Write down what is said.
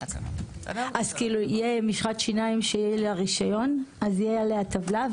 -- אז תהיה משחת שיניים שיהיה לה רשיון אז תהיה עליה טבלה,